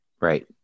Right